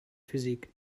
physik